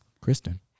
Kristen